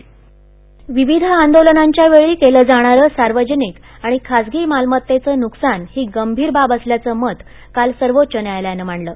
सर्वोच्च न्यायालयः विविध आंदोलनांच्या वेळी केलं जाणारं सार्वजनिक आणि खाजगी मालमत्तेचं नुकसान ही गंभीर बाब असल्याचं मत काल सर्वोच्च न्यायालयानं मांडलं